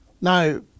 Now